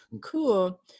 cool